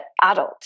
adult